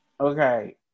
okay